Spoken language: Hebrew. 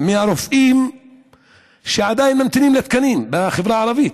מרופאים שעדיין ממתינים לתקנים בחברה הערבית.